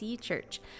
Church